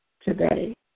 today